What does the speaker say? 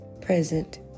present